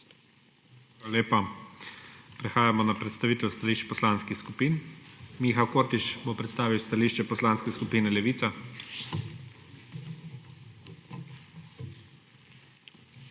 Hvala lepa. Prehajamo na predstavitev stališč poslanskih skupin. Miha Kordiš bo predstavil stališče Poslanske skupine Levica. **MIHA